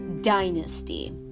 dynasty